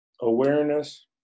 awareness